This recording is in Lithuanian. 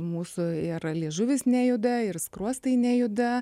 mūsų ir liežuvis nejuda ir skruostai nejuda